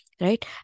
Right